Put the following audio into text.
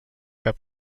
cap